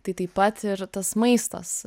tai taip pat ir tas maistas